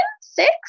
six